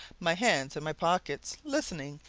my hands in my pockets, listening,